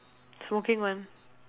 smoking [one]